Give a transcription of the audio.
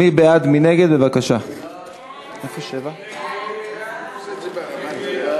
סעיף 7